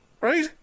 right